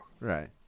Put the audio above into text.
Right